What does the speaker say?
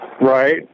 Right